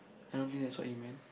I don't think that's what you meant